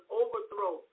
overthrow